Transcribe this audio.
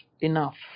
enough